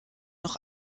noch